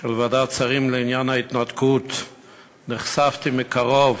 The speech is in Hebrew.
של ועדת השרים לעניין ההתנתקות ונחשפתי מקרוב